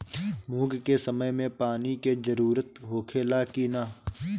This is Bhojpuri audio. मूंग के समय मे पानी के जरूरत होखे ला कि ना?